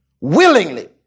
Willingly